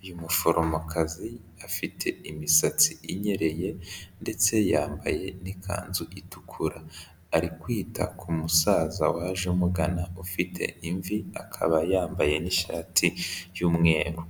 uyu muforomokazi afite imisatsi inyereye, ndetse yambaye n'ikanzu itukura, ari kwita ku musaza waje umugana ufite imvi akaba yambaye ni'shati y'umweru.